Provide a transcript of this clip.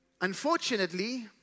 Unfortunately